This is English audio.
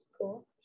cool